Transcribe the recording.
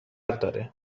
داره